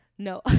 No